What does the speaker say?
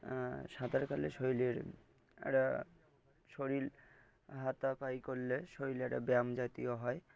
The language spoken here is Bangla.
সাঁতার কাটলে শরীরের একটা শরীর হাতাফাই করলে শরীরের একটা ব্যায়াম জাতীয় হয়